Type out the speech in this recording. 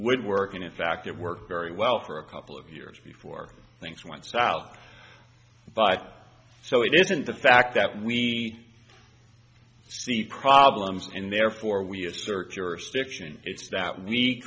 would work and in fact it worked very well for a couple of years before things went south but so it isn't the fact that we see problems and therefore we assert jurisdiction it's that